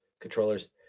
controllers